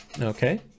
Okay